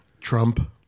Trump